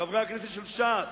חברי הכנסת של ש"ס,